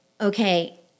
okay